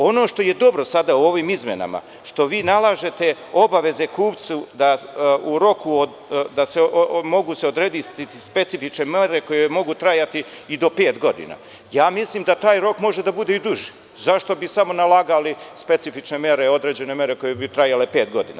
Ono što je dobro sada u ovim izmenama, što vi nalažete obaveze kupcu da u roku, da se mogu odrediti specifične mere koje mogu trajati i do pet godina, ja mislim da taj rok može da bude i duži, zašto bi samo nalagali specifične mere, određene mere koje bi trajale pet godina.